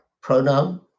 pronoun